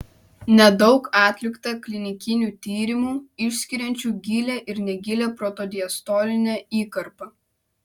nedaug atlikta klinikinių tyrimų išskiriančių gilią ir negilią protodiastolinę įkarpą